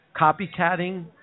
copycatting